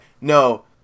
no